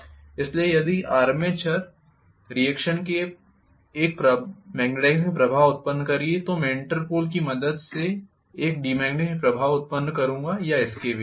इसलिए यदि armature reaction एक मैग्नेटाइजिंग प्रभाव उत्पन्न कर रही है तो मैं इंटरपोल की मदद से एक डीमैग्नेटाइजिंग प्रभाव उत्पन्न करूंगा या इसके विपरीत